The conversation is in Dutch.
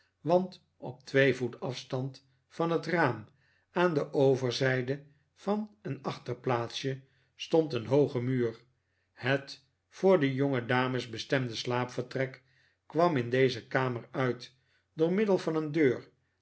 want op twee voet afstand van het raam aan de overzijde van een achterplaatsje stond een hooge muur het voor de jongedames bestemde slaapvertrek kwam in deze kamer uit door middel van een deur